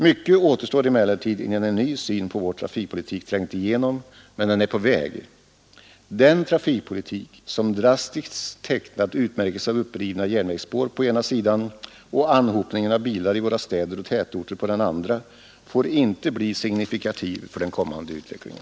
Mycket återstår emellertid innan en ny syn på vår trafikpolitik trängt igenom, men den är på väg. Den trafikpolitik som drastiskt tecknad utmärks av upprivna järnvägsspår å ena sidan och anhopningen av bilar i våra städer och tätorter å andra sidan får inte bli signifikativ för den kommande utvecklingen.